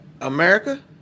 America